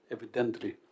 Evidently